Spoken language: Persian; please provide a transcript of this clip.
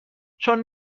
چون